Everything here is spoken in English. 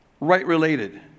right-related